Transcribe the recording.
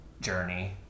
journey